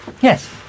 yes